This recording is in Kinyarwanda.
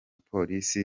polisi